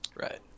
Right